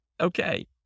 Okay